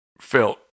felt